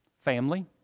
family